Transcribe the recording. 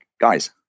guys